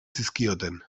zizkioten